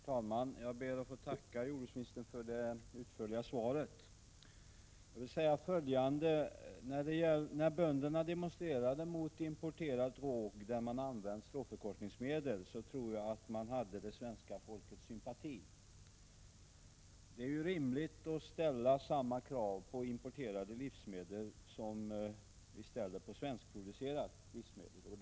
Herr talman! Jag ber att få tacka jordbruksministern för det utförliga svaret. När bönderna demonstrerade mot importerad råg där man vid framställningen använt stråförkortningsmedel tror jag att de hade det svenska folkets sympati. Det är ju rimligt att ställa samma krav på importerade livsmedel som vi ställer på svenskproducerade, om man ser kraven från hälsosynpunkt.